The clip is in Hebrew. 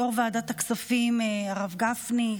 יו"ר ועדת הכספים הרב גפני,